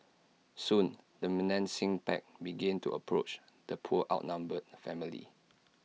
soon the menacing pack began to approach the poor outnumbered family